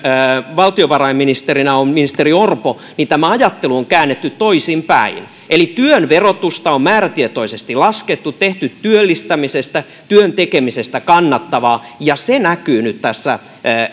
valtiovarainministerinä on ministeri orpo tämä ajattelu on käännetty toisinpäin eli työn verotusta on määrätietoisesti laskettu tehty työllistämisestä työn tekemisestä kannattavaa se näkyy nyt tässä